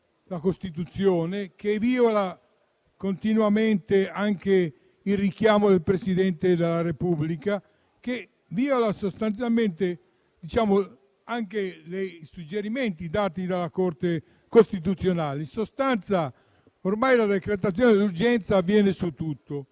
la Costituzione, che viola continuamente il richiamo del Presidente della Repubblica, che viola anche i suggerimenti dati dalla Corte costituzionale. In sostanza, ormai la decretazione d'urgenza avviene su tutto.